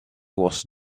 was